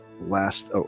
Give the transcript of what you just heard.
last